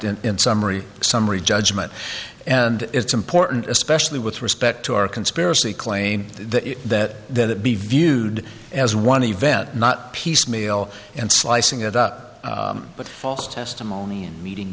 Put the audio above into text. and in summary summary judgment and it's important especially with respect to our conspiracy claim that that be viewed as one event not piecemeal and slicing it up but false testimony and meeting